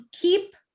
keep